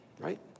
Right